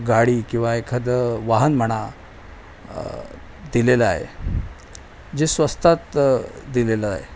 गाडी किंवा एखादं वाहन म्हणा दिलेलं आहे जे स्वस्तात दिलेलं आहे